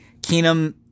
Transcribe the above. Keenum